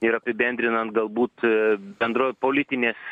ir apibendrinant galbūt bendroji politinės